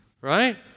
Right